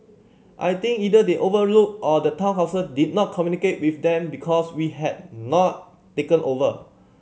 I think either they overlooked or the Town Council did not communicate with them because we had not taken over